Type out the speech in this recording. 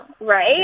right